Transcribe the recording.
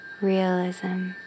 realism